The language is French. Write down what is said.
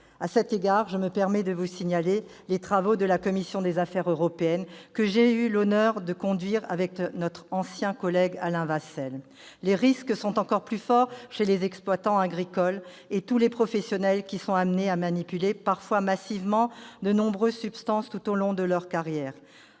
À cet égard, je me permets de vous signaler les travaux de la commission des affaires européennes de notre assemblée, que j'ai eu l'honneur de conduire avec notre ancien collègue Alain Vasselle. Les risques sont encore plus forts chez les exploitants agricoles et tous les professionnels amenés à manipuler, parfois massivement, de nombreuses substances tout au long de leur carrière.